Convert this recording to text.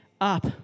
up